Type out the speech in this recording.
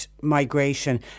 migration